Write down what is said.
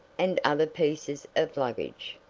and other pieces of luggage.